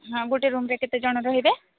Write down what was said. ହଁ ଗୋଟେ ରୁମ୍ରେ କେତେଜଣ ରହିବେ